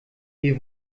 wir